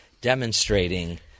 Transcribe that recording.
demonstrating